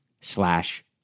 slash